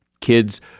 kids